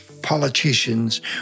politicians